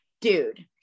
Dude